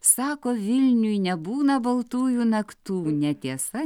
sako vilniuj nebūna baltųjų naktų netiesa